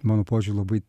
mano požiūriu labai